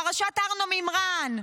פרשת ארנו מימרן,